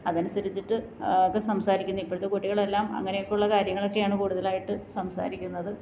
അതന്സരിച്ചിട്ട് ഒക്കെ സംസാരിക്കുന്നു ഇപ്പോഴത്തെ കുട്ടികളെല്ലാം അങ്ങനൊക്കെയുള്ള കാര്യങ്ങളൊക്കെയാണ് കൂടുതലായിട്ട് സംസാരിക്കുന്നത്